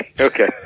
Okay